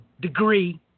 degree